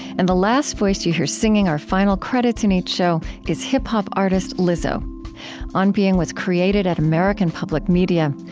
and the last voice that you hear singing our final credits in each show is hip-hop artist lizzo on being was created at american public media.